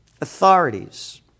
Authorities